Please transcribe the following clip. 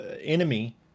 enemy